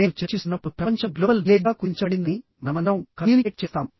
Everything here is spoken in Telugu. నేను చర్చిస్తున్నప్పుడు ప్రపంచం గ్లోబల్ విలేజ్గా కుదించబడిందని మనమందరం కమ్యూనికేట్ చేస్తాము